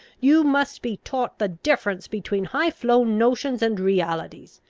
you must be taught the difference between high-flown notions and realities.